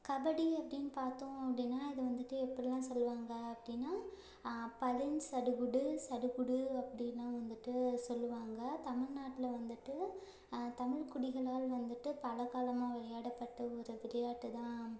கபடி அப்படின்னு பார்த்தோம் அப்படினா அது வந்துட்டு எப்படிலாம் சொல்லுவாங்க அப்படினா பதின் சடுகுடு சடுகுடு அப்படிலாம் வந்துட்டு சொல்லுவாங்கள் தமிழ்நாட்டில வந்துட்டு தமிழ் குடிகளால் வந்துட்டு பலகாலமாக விளையாடப்பட்ட ஒரு விளையாட்டுதான்